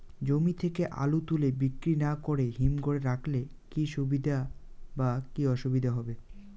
জমি থেকে আলু তুলে বিক্রি না করে হিমঘরে রাখলে কী সুবিধা বা কী অসুবিধা হবে?